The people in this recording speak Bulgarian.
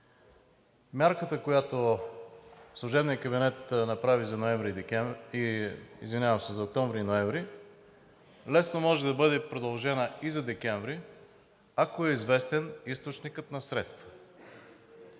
Мярката, която служебният кабинет направи за октомври и ноември, лесно може да бъде продължена и за декември, ако е известен източникът на средства.